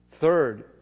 third